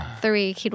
three